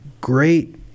great